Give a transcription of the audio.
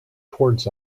towards